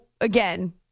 again